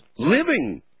living